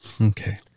Okay